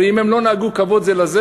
הרי אם הם לא נהגו כבוד זה לזה,